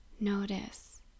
Notice